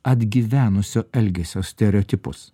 atgyvenusio elgesio stereotipus